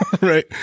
Right